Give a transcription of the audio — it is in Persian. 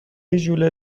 ژوله